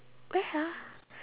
where ah